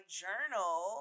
journal